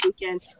weekend